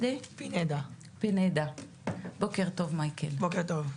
בוקר טוב מייקל.